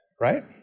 right